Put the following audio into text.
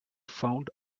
found